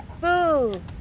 Boo